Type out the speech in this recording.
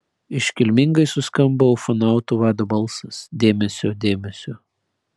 iškilmingai suskambo ufonautų vado balsas dėmesio dėmesio